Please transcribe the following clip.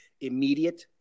immediate